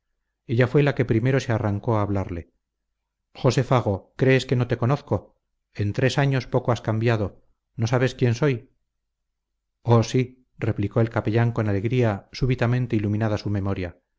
ella fue la que primero se arrancó a hablarle josé fago crees que no te conozco en tres años poco has cambiado no sabes quién soy oh sí replicó el capellán con alegría súbitamente iluminada su memoria